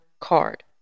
card